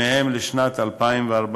שניהם לשנת 2014,